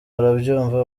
barabyumva